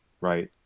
right